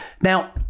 Now